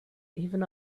even